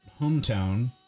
hometown